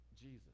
jesus